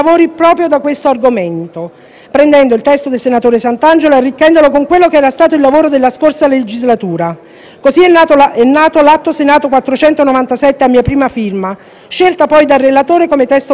prendendo il testo del senatore Santangelo e arricchendolo con quello che era stato il lavoro della scorsa legislatura. Così è nato l'Atto Senato 497, a mia prima firma, scelto poi dal relatore come testo base in Commissione.